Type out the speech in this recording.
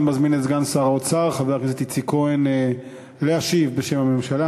אני מזמין את סגן שר האוצר חבר הכנסת איציק כהן להשיב בשם הממשלה.